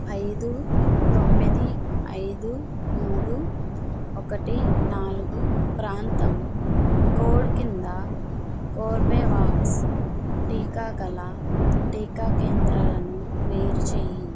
ఐదు తొమ్మిది ఐదు మూడు ఒకటి నాలుగు ప్రాంతం కోడ్ కింద కోర్బేవాక్స్ టీకా గల టీకా కేంద్రాలను వేరు చెయ్యి